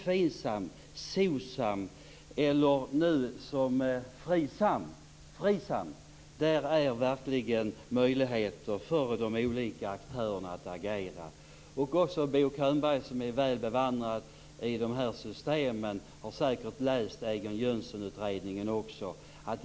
FINSAM, SOCSAM eller, som nu, FRISAM innebär verkligen möjligheter för de olika aktörerna att agera. Bo Könberg är ju väl bevandrad i de här systemen och har säkert också läst Egon Jönsson-utredningen.